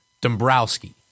Dombrowski